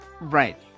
Right